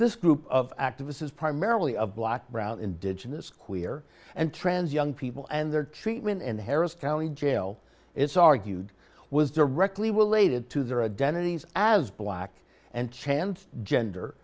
this group of activists is primarily of black brown indigenous queer and trans young people and their treatment in the harris county jail it's argued was directly related to their identities as black and chant gender